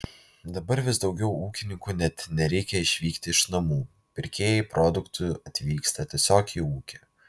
dabar vis daugiau ūkininkų net nereikia išvykti iš namų pirkėjai produktų atvyksta tiesiog į ūkį